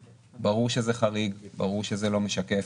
ברור שזה חריג, ברור שזה לא משקף,